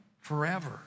forever